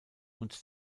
und